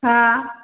हा